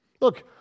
Look